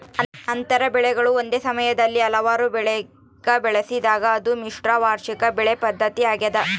ಅಂತರ ಬೆಳೆಗಳು ಒಂದೇ ಸಮಯದಲ್ಲಿ ಹಲವಾರು ಬೆಳೆಗ ಬೆಳೆಸಿದಾಗ ಅದು ಮಿಶ್ರ ವಾರ್ಷಿಕ ಬೆಳೆ ಪದ್ಧತಿ ಆಗ್ಯದ